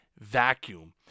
vacuum